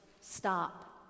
stop